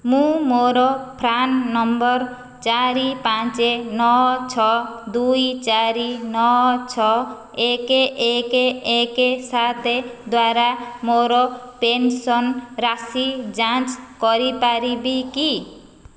ମୁଁ ମୋର PRAN number ଚାରି ପାଞ୍ଚ ନଅ ଛଅ ଦୁଇ ଚାରି ନଅ ଛଅ ଏକ ଏକ ଏକ ସାତ ଦ୍ଵାରା ମୋର ପେନ୍ସନ୍ ରାଶି ଯାଞ୍ଚ କରିପାରିବି କି